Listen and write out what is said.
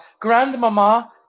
grandmama